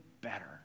better